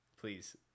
Please